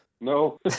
No